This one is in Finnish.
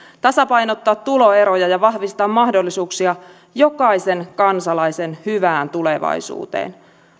tasapainottaa tuloeroja ja vahvistaa mahdollisuuksia jokaisen kansalaisen hyvään tulevaisuuteen